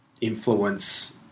influence